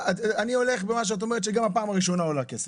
אני הולך במה שאת אומרת שגם הפעם הראשונה עולה כסף.